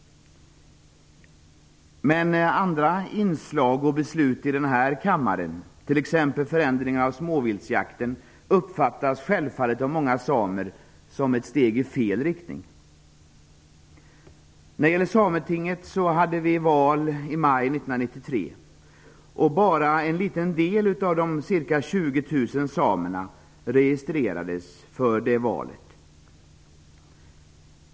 Men andra inslag och beslut av den här kammaren, t.ex. förändringen av småviltsjakten, uppfattas självfallet av många samer som ett steg i fel riktning. Till Sametinget hade vi val i maj 1993, och bara en liten del av de ca 20 000 samerna registrerades för det valet.